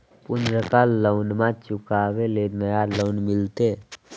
पुर्नका लोनमा चुकाबे ले नया लोन मिलते?